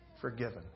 forgiven